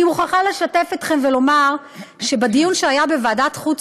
אני מוכרחה לשתף אתכם ולומר שבדיון שהיה בוועדת החוץ